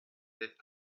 that